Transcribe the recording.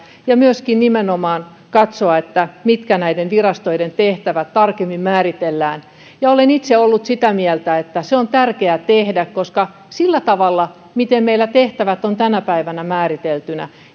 ja myöskin nimenomaan katsoa miten näiden virastojen tehtävät tarkemmin määritellään olen itse ollut sitä mieltä että se on tärkeä tehdä koska sillä tavalla miten meillä tehtävät ovat tänä päivänä määriteltyinä